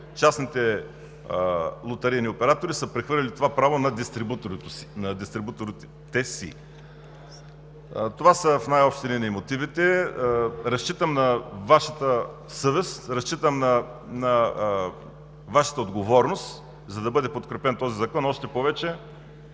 частните лотарийни оператори са прехвърлили това право на дистрибуторите си. В най-общи линии това са мотивите. Разчитам на Вашата съвест. Разчитам на Вашата отговорност, за да бъде подкрепен този закон, още повече